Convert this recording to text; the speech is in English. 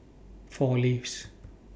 four Leaves